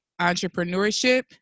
entrepreneurship